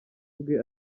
bwe